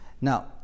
now